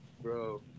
Bro